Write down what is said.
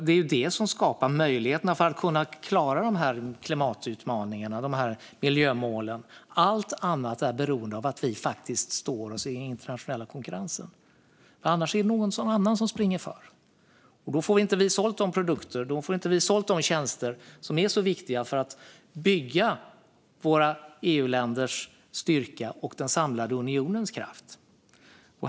Det är det som skapar möjligheterna att klara klimatutmaningarna och miljömålen. Allt annat är beroende av att vi står oss i den internationella konkurrensen. Annars är det någon annan som springer före. Då får vi inte de produkter och tjänster sålda som är så viktiga för att bygga våra EU-länders styrka och den samlade unionens kraft.